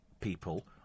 people